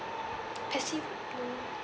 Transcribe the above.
pacific blue